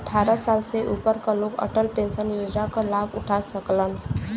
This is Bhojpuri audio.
अट्ठारह साल से ऊपर क लोग अटल पेंशन योजना क लाभ उठा सकलन